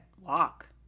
walk